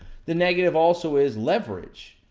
the negative also is leverage.